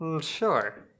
Sure